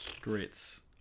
grits